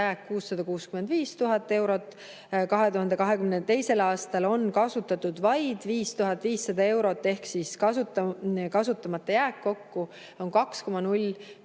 on 665 000 eurot, 2022. aastal on kasutatud vaid 5500 eurot ehk siis kasutamata jääk kokku on 2,06